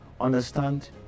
Understand